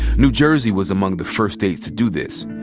new jersey was among the first states to do this.